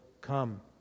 come